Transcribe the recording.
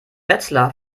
wetzlar